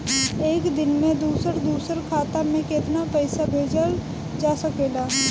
एक दिन में दूसर दूसर खाता में केतना पईसा भेजल जा सेकला?